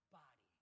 body